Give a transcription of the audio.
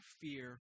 fear